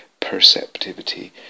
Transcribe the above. perceptivity